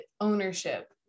ownership